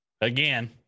again